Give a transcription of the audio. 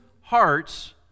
hearts